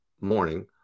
morning